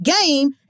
game